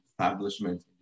establishment